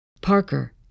Parker